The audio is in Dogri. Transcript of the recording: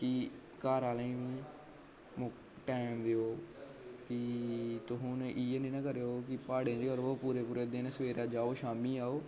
कि घरआह्लें ई टैम देओ कि तुस हून इ'यै नेईं ना करेओ कि प्हाड़ें च गै र'वो पूरे पूरे दिन सबैह्रे जाओ शामीं आओ